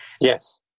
Yes